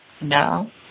No